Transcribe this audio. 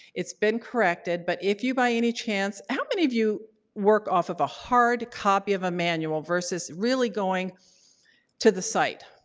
it's been corrected. but if you by any chance how many of you work off of a hard copy of a manual versus really going to the site?